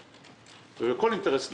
כמו כל אינטרס לאומי.